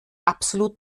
absolut